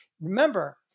Remember